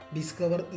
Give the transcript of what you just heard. Discover